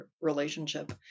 relationship